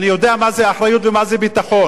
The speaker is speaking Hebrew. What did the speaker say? אני יודע מה זה אחריות ומה זה ביטחון.